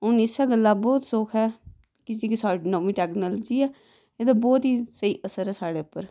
हून इस गल्ला बोहत सुख ऐ कि जे जेह्ड़ी साढ़ी नमीं टैक्नोलजी ऐ एह् ते बोहत ही स्हेई असर ऐ साढ़े पर